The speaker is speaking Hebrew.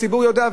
הציבור יודע,